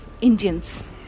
Indians